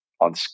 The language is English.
on